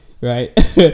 right